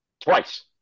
Twice